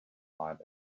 find